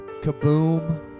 Kaboom